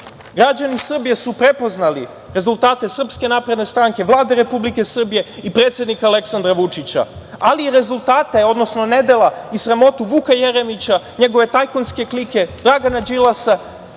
državu. Građani Srbije su prepoznali rezultate SNS, Vlade Republike Srbije i predsednika Aleksandra Vučića, ali i rezultate, odnosno nedela i sramotu Vuka Jeremića, njegove tajkunske klike, Dragana Đilasa,